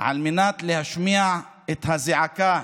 על מנת להשמיע את הזעקה.